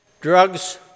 drugs